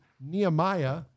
Nehemiah